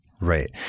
Right